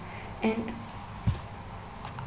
and